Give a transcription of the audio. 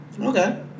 Okay